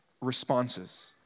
responses